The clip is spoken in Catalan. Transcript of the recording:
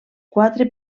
quatre